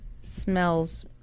Smells